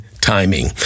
timing